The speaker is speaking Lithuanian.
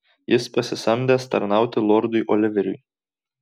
jis pasisamdęs tarnauti lordui oliveriui